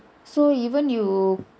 so even you